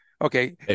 Okay